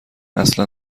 اصلا